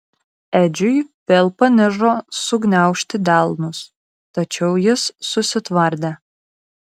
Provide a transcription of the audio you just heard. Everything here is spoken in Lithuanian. edžiui vėl panižo sugniaužti delnus tačiau jis susitvardė